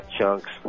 Chunks